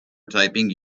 typing